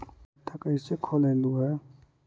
खाता कैसे खोलैलहू हे?